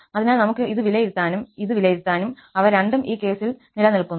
അതിനാൽ നമുക്ക് ഇത് വിലയിരുത്താനും ഇത് വിലയിരുത്താനും കഴിയും അവ രണ്ടും ഈ കേസിൽ നിലനിൽക്കുന്നു